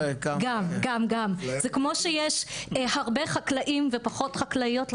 זה כמו שיש הרבה חקלאים ופחות חקלאיות,